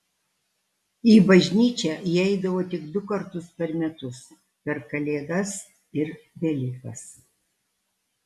į bažnyčią jie eidavo tik du kartus per metus per kalėdas ir velykas